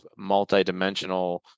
multidimensional